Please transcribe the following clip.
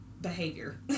behavior